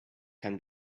can